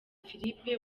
philippe